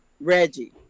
Reggie